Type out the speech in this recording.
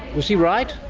was he right?